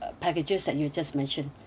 packages that you just mentioned